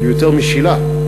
יותר משילה,